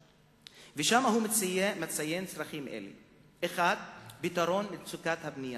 ושם הוא מציין צרכים אלה: 1. פתרון מצוקת הבנייה,